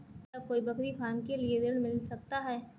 क्या कोई बकरी फार्म के लिए ऋण मिल सकता है?